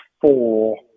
four